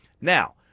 Now